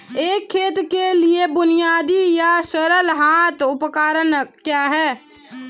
एक खेत के लिए बुनियादी या सरल हाथ उपकरण क्या हैं?